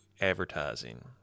advertising